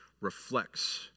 reflects